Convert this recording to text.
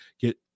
get